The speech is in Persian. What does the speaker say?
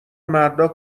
مردا